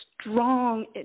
strong